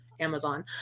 Amazon